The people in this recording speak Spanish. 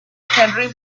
henry